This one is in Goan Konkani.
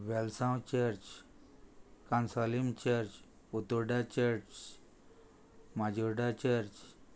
Velsao church Cansaulim church Utorda church Majorda church